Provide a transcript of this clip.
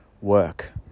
Work